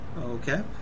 Okay